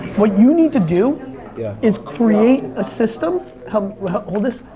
what you need to do yeah is create a system. hold hold this.